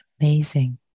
Amazing